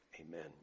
Amen